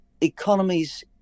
economies